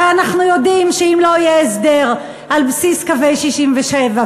הרי אנחנו יודעים שאם לא יהיה הסדר על בסיס קווי 67',